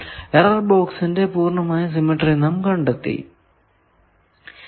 error ബോക്സിന്റെ പൂർണമായ symmetry നാം കണ്ടെത്തുന്നു